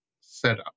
setup